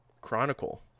chronicle